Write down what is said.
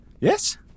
Yes